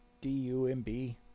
D-U-M-B